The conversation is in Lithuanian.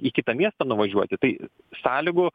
į kitą miestą nuvažiuoti tai sąlygų